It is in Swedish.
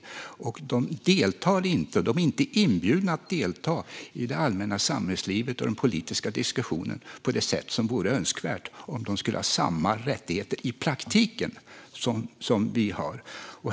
Romerna deltar inte, och de är inte inbjudna att delta i det allmänna samhällslivet och den politiska diskussionen på det sätt som vore önskvärt om de skulle ha samma rättigheter i praktiken som vi har.